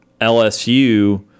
LSU